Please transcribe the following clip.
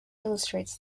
illustrates